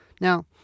now